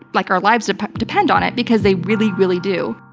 like our lives ah depend on it because they really, really do.